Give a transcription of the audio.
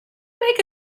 make